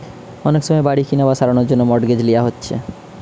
অনেক সময় বাড়ি কিনা বা সারানার জন্যে মর্টগেজ লিয়া হচ্ছে